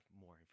more